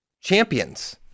champions